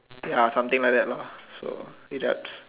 ya something like that lah so relax